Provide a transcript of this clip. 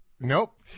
nope